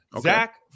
Zach